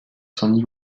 son